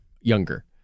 younger